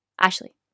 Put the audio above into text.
Ashley